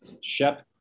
shep